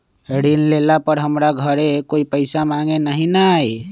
ऋण लेला पर हमरा घरे कोई पैसा मांगे नहीं न आई?